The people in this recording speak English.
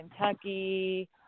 Kentucky